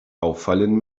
auffallen